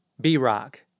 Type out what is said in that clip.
B-Rock